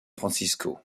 francisco